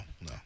No